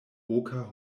oka